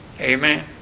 Amen